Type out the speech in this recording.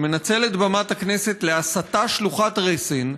שמנצל את במת הכנסת להסתה שלוחת רסן,